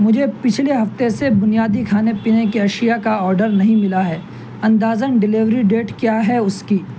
مجھے پچھلے ہفتے سے بنیادی کھانے پینے کی اشیا کا آڈر نہیں ملا ہے اندازاً ڈلیوری ڈیٹ کیا ہے اس کی